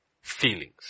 feelings